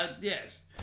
Yes